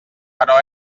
però